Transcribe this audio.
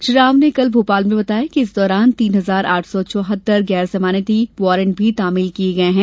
श्री राव ने कल भोपाल में बताया कि इस दौरान तीन हजार आठ सौ चौहत्तर गैर जमानती वारण्ट भी तामील कराये गये हैं